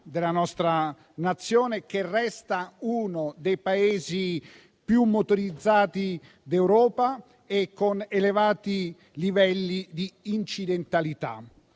della nostra Nazione, che resta uno dei Paesi più motorizzati d'Europa e con elevati livelli di incidentalità.